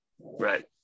right